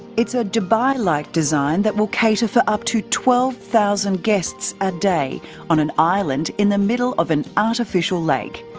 it's a dubai-like design that will cater for up to one thousand guests a day on an island in the middle of an artificial lake.